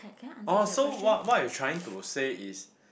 oh so what what I'm trying to say is